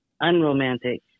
unromantic